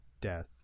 death